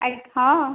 ହଁ